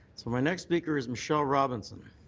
so my next speaker is michelle robinson.